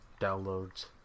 downloads